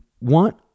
want